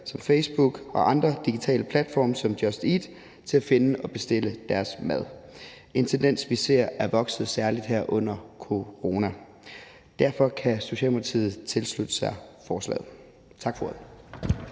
til Facebook og andre digitale platforme som Just Eat til at finde og bestille deres mad; en tendens, vi ser er vokset særligt her under corona. Derfor kan Socialdemokratiet tilslutte sig forslaget. Tak for